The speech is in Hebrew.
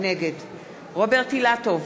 נגד רוברט אילטוב,